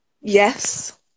Yes